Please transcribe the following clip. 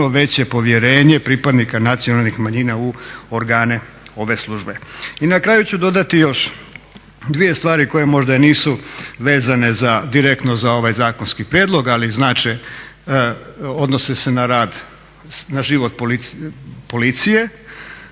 veće povjerenje pripadnika nacionalnih manjina u organe ove službe. I na kraju ću dodati još dvije stvari koje možda i nisu vezane direktno za ovaj zakonski prijedlog, ali znače, odnose se na rad, život policije